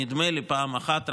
נדמה לי שפעם אחת,